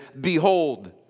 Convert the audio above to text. Behold